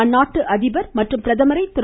அந்நாட்டு அதிபர் மற் றும் பி ரதுரை திரு